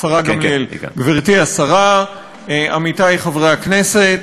גברתי השרה, עמיתי חברי הכנסת,